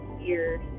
years